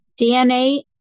DNA